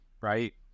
right